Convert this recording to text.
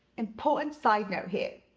important side note here.